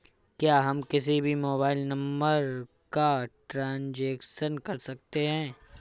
क्या हम किसी भी मोबाइल नंबर का ट्रांजेक्शन कर सकते हैं?